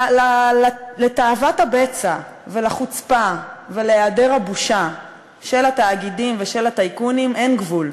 לתאוות הבצע ולחוצפה ולהיעדר הבושה של התאגידים ושל הטייקונים אין גבול.